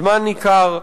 זמן ניכר,